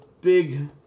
big